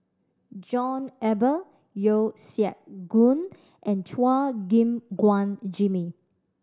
John Eber Yeo Siak Goon and Chua Gim Guan Jimmy